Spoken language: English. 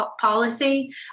policy